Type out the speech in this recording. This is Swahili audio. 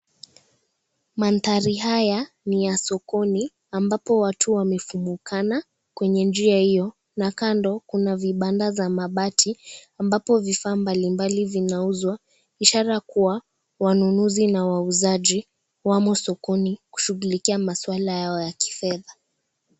Manthari haya ni ya sokoni ambapo watu wamefumukana kwenye njia iyo, na kando kuna vibanda za mabati ambapo vifaa mbalimbali vinauzwa, ishara kuwa wanunuzi na wauzaji wamo sokoni kushugulikia maswala yao ya kifedha.